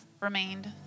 remained